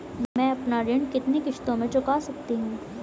मैं अपना ऋण कितनी किश्तों में चुका सकती हूँ?